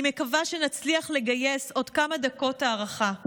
אני מקווה שנצליח לגייס עוד כמה דקות הארכה.